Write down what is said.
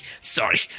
sorry